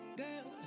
girl